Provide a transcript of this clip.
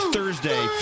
Thursday